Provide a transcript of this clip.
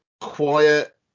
quiet